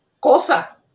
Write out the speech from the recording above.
Cosa